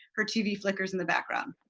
her tv flickers in the background.